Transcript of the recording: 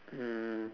mm